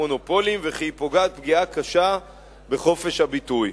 מונופולים וכי היא פוגעת פגיעה קשה בחופש הביטוי.